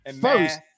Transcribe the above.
first